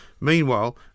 meanwhile